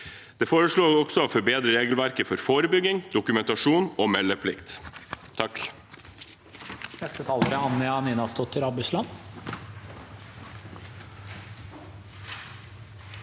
Vi foreslår også å forbedre regelverket for forebygging, dokumentasjon og meldeplikt.